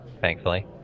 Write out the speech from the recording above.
thankfully